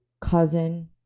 cousin